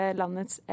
landets